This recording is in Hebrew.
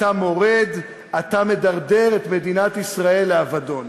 אתה מורד, אתה מדרדר את מדינת ישראל לאבדון.